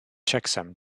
checksum